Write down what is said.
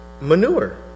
manure